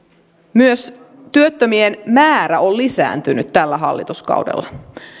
myös työttömien määrä on lisääntynyt tällä hallituskaudella